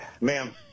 Ma'am